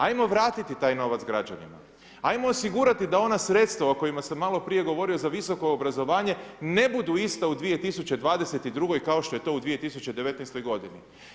Ajmo vratiti taj novac građanima, ajmo osigurati da ona sredstva o kojima sam malo prije govorio za visoko obrazovanje ne budu ista u 2022. kao što je to u 2019. godini.